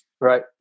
Right